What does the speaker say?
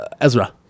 Ezra